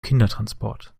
kindertransport